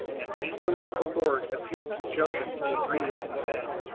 and angel of the lord appeared to joseph in a dream and said,